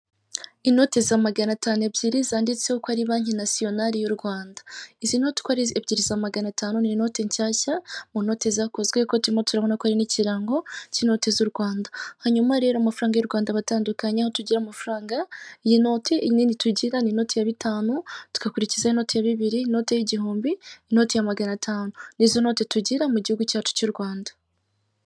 Inote za magana atanu ebyiri zanditseho ko ari banki nasiyonari y'u Rwanda. Izi noti uko ari ebyiri za magana atanu ni inoti nshyashya, mu note zakozwe kuko turimo turabona ko harimo ikirango cy'inote z'u Rwanda. Hanyuma rero amafaranga y'u Rwanda aba atandukanye ,aho tugira amafaranga y'inote inini tugira ni inote ya bitanu, tugakurikiza inote ya bibiri, inote igihumbi, n'inoti ya magana atanu. Nizo note tugira mu gihugu cyacu cy'u Rwanda.